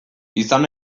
izan